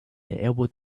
elbowed